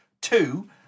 Two